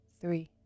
three